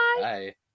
bye